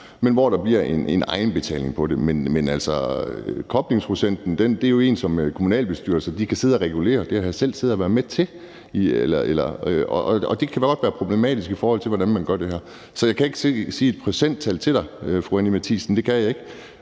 men hvor der bliver en egenbetaling på det. Men altså, koblingsprocenten er jo noget, som kommunalbestyrelser kan sidde og regulere. Det har jeg selv siddet og været med til. Og det kan godt være problematisk, i forhold til hvordan man gør det her. Så jeg kan ikke sige et procenttal til dig, fru Anni Matthiesen; det kan jeg ikke.